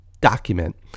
document